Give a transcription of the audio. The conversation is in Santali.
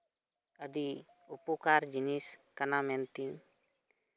ᱟᱹᱰᱤ ᱩᱯᱚᱠᱟᱨ ᱡᱤᱱᱤᱥ ᱠᱟᱱᱟ ᱢᱮᱱᱛᱮ